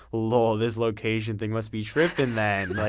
lol. this location thing must be trippin' then.